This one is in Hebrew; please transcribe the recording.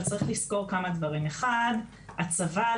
אבל צריך לזכור כמה דברים: 1. הצבא,